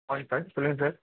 morning sir சொல்லுங்கள் sir